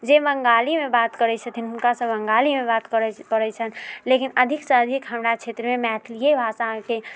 जे बंगालीमे बात करैत छथिन हुनकासँ बंगालीमे बात करऽ पड़ैत छनि लेकिन अधिकसँ अधिक हमरा क्षेत्रमे मैथिलिए भाषाकेँ